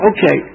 Okay